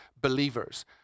believers